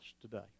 today